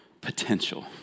potential